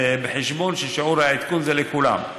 בחשבון ששיעור העדכון זה לכולם.